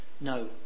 no